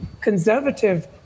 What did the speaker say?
conservative